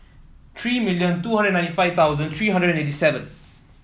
three million two hundred ninety five thousand three hundred eighty seven